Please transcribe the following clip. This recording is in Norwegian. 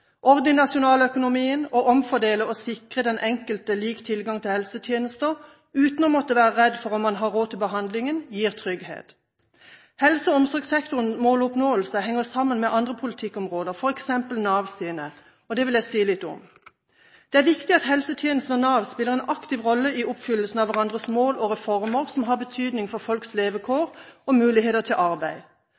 sikre den enkelte lik tilgang til helsetjenester uten at man må være redd for om man har råd til behandlingen, gir trygghet. Helse- og omsorgssektorens måloppnåelse henger sammen med andre politikkområder, f.eks. Nav. Det vil jeg si litt om. Det er viktig at helsetjenesten og Nav spiller en aktiv rolle i oppfyllelsen av hverandres mål og reformer som har betydning for folks levekår og muligheter til arbeid.